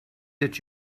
that